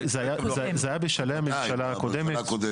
זה היה בשלהי הממשלה הקודמת,